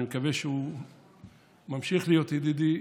אני מקווה שהוא ממשיך להיות ידידי,